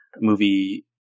movie